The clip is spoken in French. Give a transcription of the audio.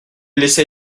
laisser